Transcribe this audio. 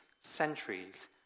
Centuries